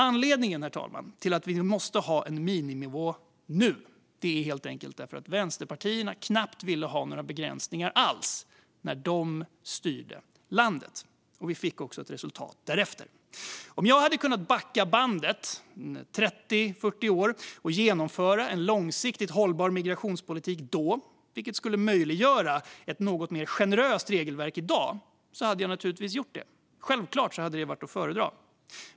Anledningen till att vi nu måste ha en miniminivå, herr talman, är helt enkelt att vänsterpartierna knappt ville ha några begränsningar alls när de styrde landet. Och vi fick ett resultat därefter. Om jag hade kunnat backa bandet 30-40 år och genomföra en långsiktigt hållbar migrationspolitik, vilket skulle möjliggöra ett något mer generöst regelverk i dag, hade jag naturligtvis gjort det. Det hade självklart varit att föredra.